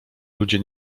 ludzie